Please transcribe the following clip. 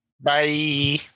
Bye